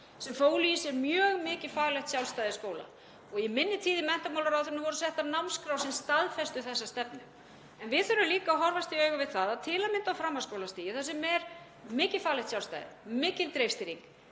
sem fólu í sér mjög mikið faglegt sjálfstæði skóla og í minni tíð í menntamálaráðuneytinu voru settar námskrár sem staðfestu þessa stefnu. Við þurfum líka að horfast í augu við það að til að mynda á framhaldsskólastigi, þar sem er mikið faglegt sjálfstæði, mikil dreifstýring,